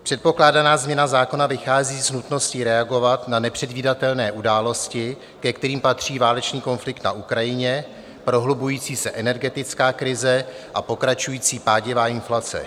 Předpokládaná změna zákona vychází z nutnosti reagovat na nepředvídatelné události, ke kterým patří válečný konflikt na Ukrajině, prohlubující se energetická krize a pokračující pádivá inflace.